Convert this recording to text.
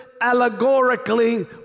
allegorically